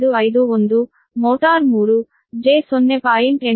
551 motor 3 j0